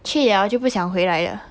去 liao 就不想回来了